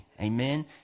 amen